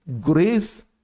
grace